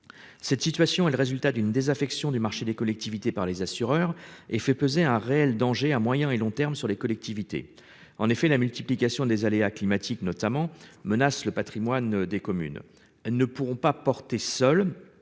Cette situation est le résultat d'une désaffection du marché des collectivités par les assureurs et fait peser un réel danger à moyen et long terme sur les collectivités. En effet, la multiplication des aléas climatiques notamment menace le Patrimoine des communes ne pourront pas porter seul.